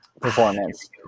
performance